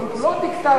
אבל הוא לא דיקטטור,